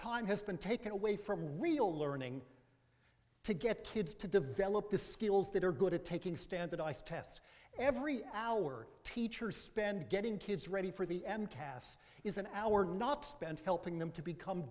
time has been taken away from real learning to get kids to develop the skills that are good at taking standardized tests every hour teachers spend getting kids ready for the end calf's is an hour not spent helping them to become